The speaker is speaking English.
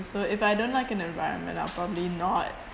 so if I don't like an environment I'll probably not